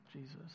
Jesus